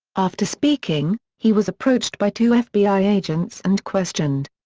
after speaking, he was approached by two fbi agents and questioned.